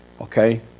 Okay